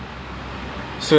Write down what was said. mm true true